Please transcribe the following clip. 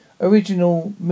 original